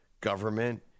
government